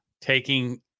taking